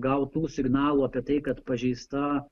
gautų signalų apie tai kad pažeista